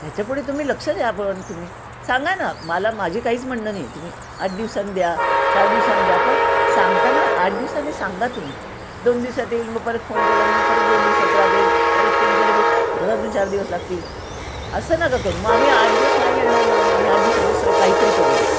ह्याच्यापढे तुम्ही लक्ष द्या पण तुम्ही सांगा ना मला माझी काहीच म्हणंण नाही तुम्ही आठ दिवसात द्या चार दिवसाांनी द्या पण सांगताना आठ दिवसांनी सांगा तुम्ही दोन दिवसात येईल मग परत फोन केलं की मग परत दोन दिवसात लागेल परत फोन केलं की परत अजून चार दिवस लागतील असं नका करू मग आम्ही आठ दिवस नाही येणार ना आम्ही आठ दिवसाची सोय काहीतरी करून घेऊ